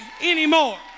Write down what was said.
anymore